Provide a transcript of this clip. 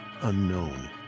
unknown